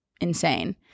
insane